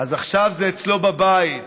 אז עכשיו זה אצלו בבית.